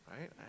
right